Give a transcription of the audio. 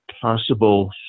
possible